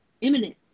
imminent